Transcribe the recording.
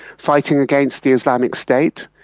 fighting against the islamic state.